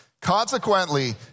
Consequently